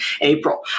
April